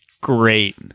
great